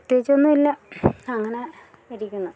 പ്രത്യേകിച്ചൊന്നും ഇല്ല അങ്ങനെ ഇരിക്കുന്നു